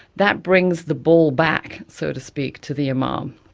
that brings the ball back, so to speak, to the imam.